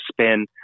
spin